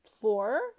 four